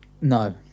No